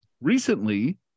Recently